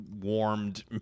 warmed